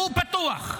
והוא פתוח.